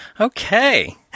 Okay